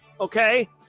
Okay